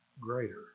greater